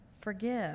forgive